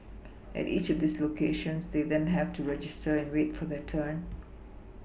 at each of these locations they then have to register and wait for their turn